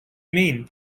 mean